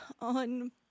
on